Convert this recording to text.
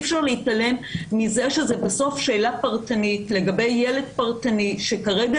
אפשר להתעלם מזה שזאת בסוף שאלה פרטנית לגבי ילד פרטני שכרגע